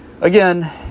again